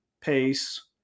pace